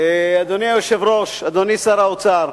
אדוני היושב-ראש, אדוני שר האוצר,